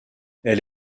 elle